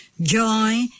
joy